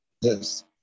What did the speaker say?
Yes